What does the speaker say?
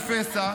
כפסע,